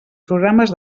programes